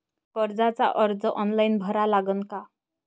कर्जाचा अर्ज ऑनलाईन भरा लागन का?